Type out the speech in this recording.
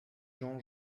jean